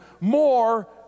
more